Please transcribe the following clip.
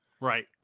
Right